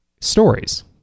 stories